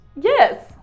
Yes